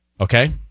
Okay